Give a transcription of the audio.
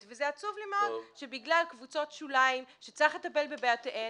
וזה עצוב לי מאוד שבגלל קבוצות שוליים שצריך לטפל בבעיותיהן,